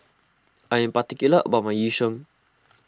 I am particular about my Yu Sheng